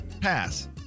Pass